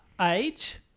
age